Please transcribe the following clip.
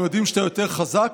הם יודעים שאתה יותר חזק,